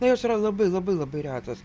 na jos yra labai labai labai retos